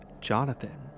Jonathan